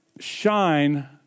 Shine